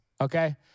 okay